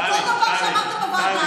עשר דקות לרשותך.